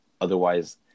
Otherwise